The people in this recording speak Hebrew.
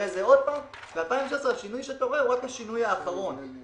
והשינוי האחרון היה ב-2016.